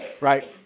right